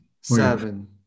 seven